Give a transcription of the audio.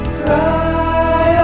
cry